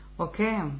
Okay